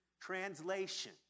translation